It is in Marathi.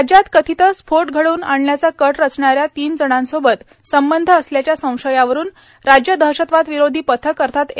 राज्यात कथित स्फोट घडवून आणण्याचा कट रचणाऱ्या तीन जणांसोबत संबंध असल्याच्या संशयावरून राज्य दहशतवाद विरोधी पथक अर्थात् ए